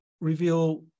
reveal